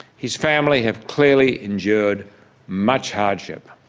his family have clearly endured much hardship.